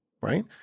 right